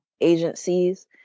agencies